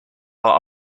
are